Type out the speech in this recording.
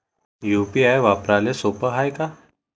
UPI वापराले सोप हाय का?